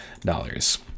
dollars